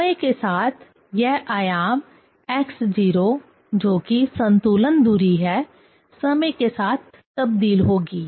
समय के साथ यह आयाम x0 जोकि संतुलन दूरी है समय के साथ तबदील होगी